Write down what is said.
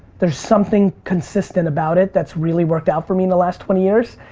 there's something consistent about it that's really worked out for me in the last twenty years.